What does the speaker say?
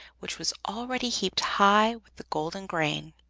which was already heaped high with the golden grain.